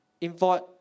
invite